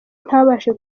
ntabashe